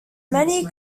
many